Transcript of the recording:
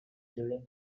during